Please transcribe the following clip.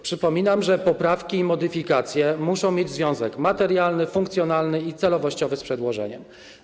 Przypominam, że poprawki i modyfikacje muszą mieć związek materialny, funkcjonalny i celowościowy z przedłożeniem.